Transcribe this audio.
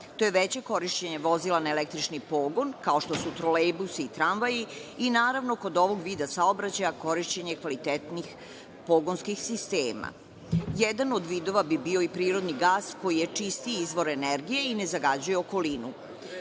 To je veće korišćenje vozila na električni pogon, kao što su trolejbusi i tramvaji i naravno kod ovog vida saobraćaja korišćenje kvalitetnih pogonskih sistema. Jedan od vidova bi bio i prirodni gas koji je čistiji izvor energije i ne zagađuje okolinu.U